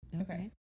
Okay